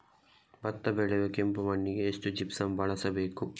ಭತ್ತ ಬೆಳೆಯುವ ಕೆಂಪು ಮಣ್ಣಿಗೆ ಎಷ್ಟು ಜಿಪ್ಸಮ್ ಬಳಸಬೇಕು?